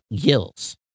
gills